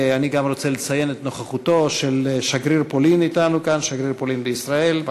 אני גם רוצה לציין את נוכחותו של שגריר פולין בישראל אתנו כאן,